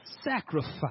sacrifice